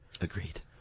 Agreed